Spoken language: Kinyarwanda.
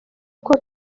kuko